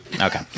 Okay